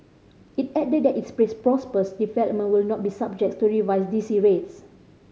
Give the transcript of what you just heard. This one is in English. it added that its development will not be subject to revised D C rates